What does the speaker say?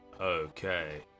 Okay